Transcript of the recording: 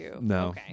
no